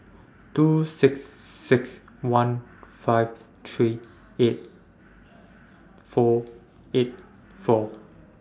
two six six one five three eight four eight four